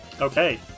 Okay